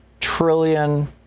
trillion